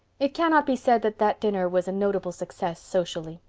it cannot be said that that dinner was a notable success socially.